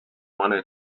wanna